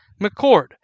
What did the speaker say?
McCord